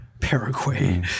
Paraguay